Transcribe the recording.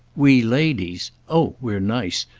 we ladies' oh we're nice,